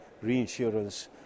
reinsurance